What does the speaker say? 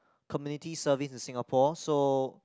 Community Service in Singapore so